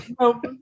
no